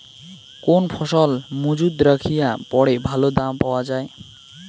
কোন ফসল মুজুত রাখিয়া পরে ভালো দাম পাওয়া যায়?